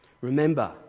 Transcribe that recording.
Remember